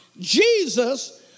Jesus